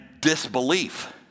disbelief